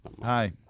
Hi